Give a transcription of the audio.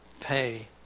Pay